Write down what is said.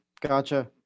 gotcha